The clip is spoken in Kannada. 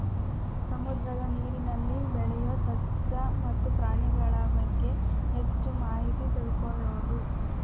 ಸಮುದ್ರದ ನೇರಿನಲ್ಲಿ ಬೆಳಿಯು ಸಸ್ಯ ಮತ್ತ ಪ್ರಾಣಿಗಳಬಗ್ಗೆ ಹೆಚ್ಚ ಮಾಹಿತಿ ತಿಳಕೊಳುದು